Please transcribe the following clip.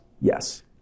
yes